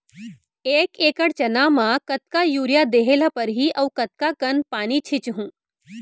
एक एकड़ चना म कतका यूरिया देहे ल परहि अऊ कतका कन पानी छींचहुं?